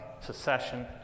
secession